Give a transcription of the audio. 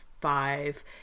five